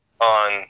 on